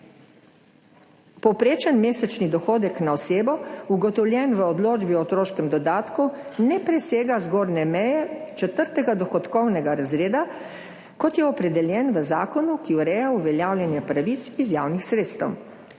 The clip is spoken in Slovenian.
povprečen mesečni dohodek na osebo, ugotovljen v odločbi o otroškem dodatku, ne presega zgornje meje četrtega dohodkovnega razreda, kot je opredeljen v zakonu, ki ureja uveljavljanje pravic iz javnih sredstev.